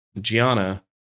Gianna